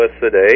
today